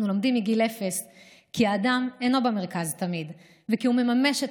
אנחנו לומדים מגיל אפס כי האדם אינו במרכז תמיד וכי הוא מממש את